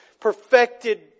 perfected